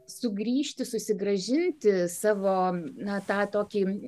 sugrįžti susigrąžinti savo na tą tokį